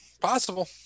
possible